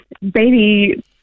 baby